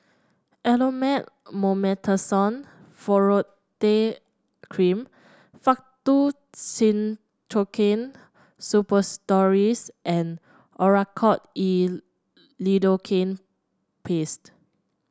Elomet Mometasone Furoate Cream Faktu Cinchocaine Suppositories and Oracort E Lidocaine Paste